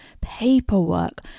paperwork